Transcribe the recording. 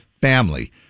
family